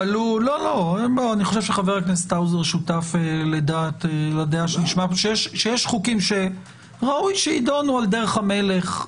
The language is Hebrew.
חבר הכנסת האוזר שותף לדעה שיש חוקים שראוי שיידונו בדרך המלך.